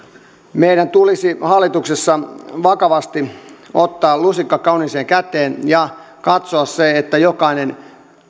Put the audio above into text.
meidän tulisi hallituksessa vakavasti ottaa lusikka kauniiseen käteen ja katsoa se että jokainen